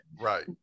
Right